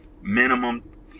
minimum